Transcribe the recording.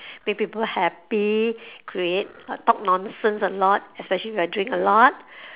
make people happy create talk nonsense a lot especially when I drink a lot